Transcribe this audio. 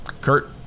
Kurt